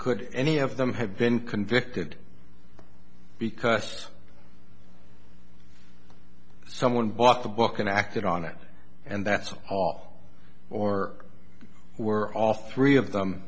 could any of them have been convicted because someone bought the book and acted on it and that's all or were all three of them